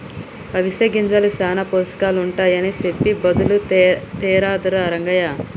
అవిసె గింజల్ల సానా పోషకాలుంటాయని సెప్పె బదులు తేరాదా రంగయ్య